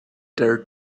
dared